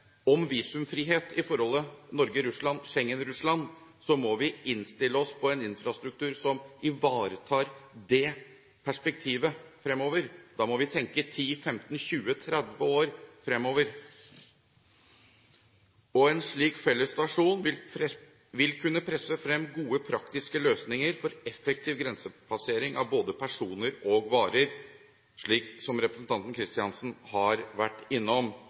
infrastruktur som ivaretar det perspektivet fremover. Da må vi tenke 10, 15, 20, 30 år fremover. En slik felles stasjon vil kunne presse frem gode praktiske løsninger for effektiv grensepassering av både personer og varer, slik som representanten Kristiansen har vært innom.